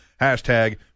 Hashtag